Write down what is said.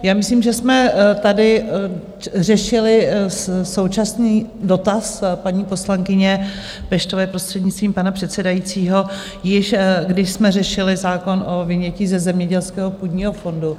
Já myslím, že jsme tady řešili současný dotaz paní poslankyně Peštové, prostřednictvím pana předsedajícího, již když jsme řešili zákon o vynětí ze zemědělského půdního fondu.